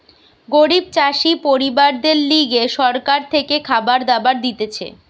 গরিব চাষি পরিবারদের লিগে সরকার থেকে খাবার দাবার দিতেছে